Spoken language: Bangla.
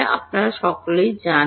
আপনারা সকলেই জানেন